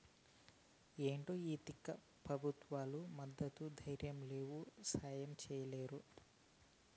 ఏంటో ఈ తిక్క పెబుత్వాలు మద్దతు ధరియ్యలేవు, సాయం చెయ్యలేరు